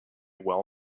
well